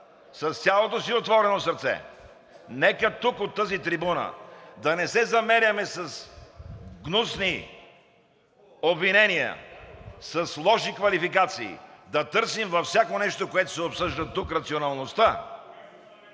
с цялото си отворено сърце, нека тук, от тази трибуна, да не се замеряме с гнусни обвинения, с лоши квалификации, да търсим във всяко нещо, което се обсъжда тук, рационалността,